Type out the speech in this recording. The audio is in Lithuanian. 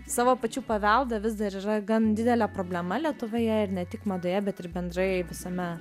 savo pačių paveldą vis dar yra gan didelė problema lietuvoje ir ne tik madoje bet ir bendrai visame